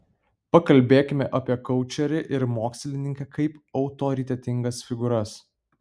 pakalbėkime apie koučerį ir mokslininką kaip autoritetingas figūras